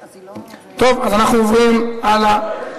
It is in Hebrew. טוב, אז אנחנו עוברים הלאה.